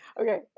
Okay